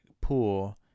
pool